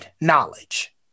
knowledge